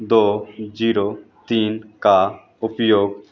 दो जीरो तीन का उपयोग